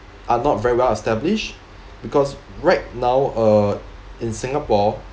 are not very well established because right now uh in singapore